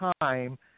time